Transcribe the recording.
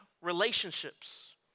relationships